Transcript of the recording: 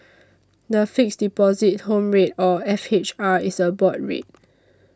the Fixed Deposit Home Rate or F H R is a board rate